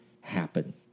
happen